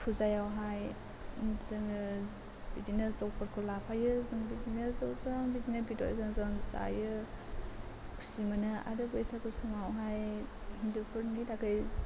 फुजायावहाय जोङो बिदिनो जौफोरखौ लाफायो जों बिदिनो ज' ज' बिदिनो बेदर जों जायो खुसि मोनो आरो बैसागु समावहाय गिदिरफोरनि थाखाय